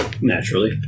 Naturally